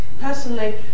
Personally